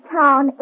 town